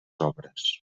obres